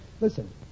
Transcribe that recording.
Listen